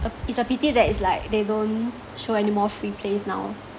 uh it's a pity that is like they don't show any more free plays now